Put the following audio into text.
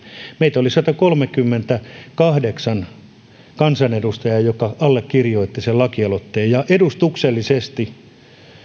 meitä oli satakolmekymmentäkahdeksan kansanedustajaa jotka allekirjoittivat sen lakialoitteen edustuksellisesti